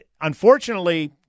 unfortunately